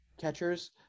catchers